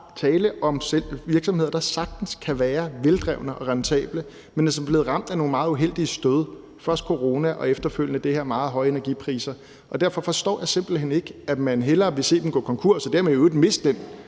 tale om virksomheder, der sagtens kan være veldrevne og rentable, men som er blevet ramt af nogle meget uheldige stød. Først var det corona, og efterfølgende var det det her med de meget høje energipriser. Derfor forstår jeg simpelt hen ikke, at man hellere vil se dem gå konkurs og dermed i øvrigt miste det